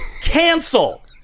cancel